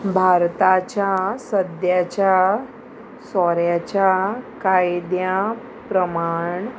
भारताच्या सद्याच्या सोऱ्याच्या कायद्या प्रमाण